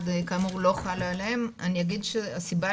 כאמור לא חלה עליהם, אני אגיד שהסיבה